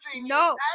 No